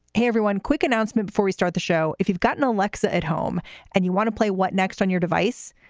hey, everyone, quick announcement before we start the show. if you've gotten a lexia at home and you want to play what next on your device,